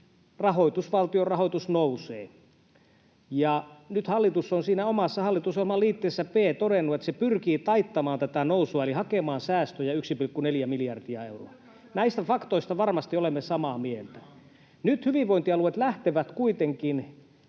valtion rahoitus nousee. Ja nyt hallitus on siinä omassa hallitusohjelman liitteessä B todennut, että se pyrkii taittamaan tätä nousua eli hakemaan säästöjä 1,4 miljardia euroa. Näistä faktoista varmasti olemme samaa mieltä. Nyt hyvinvointialueet lähtevät kuitenkin